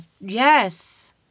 Yes